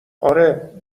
آره